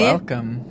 Welcome